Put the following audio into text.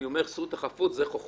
אני אומר שיש לו זכות לחפות זו חוכמה?